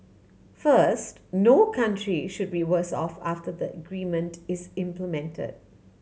first no country should be worse off after the agreement is implemented